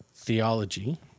Theology